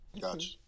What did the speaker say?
gotcha